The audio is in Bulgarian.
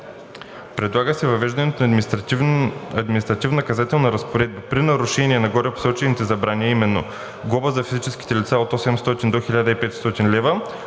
Предлага се и въвеждането на административно-наказателна разпоредба при нарушение на горепосочените забрани, а именно глоба за физическите лица от 800 до 1500 лв.,